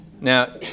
Now